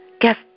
guess